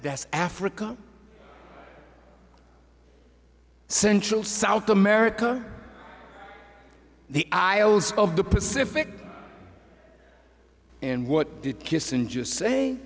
that africa central south america the isles of the pacific and what kissinger say